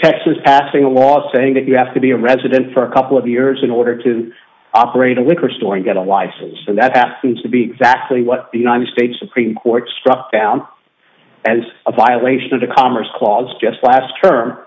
texas passing a law saying that you have to be a resident for a couple of years in order to operate a liquor store and get a license and that happens to be exactly what the united states supreme court struck down as a violation of the commerce clause just last term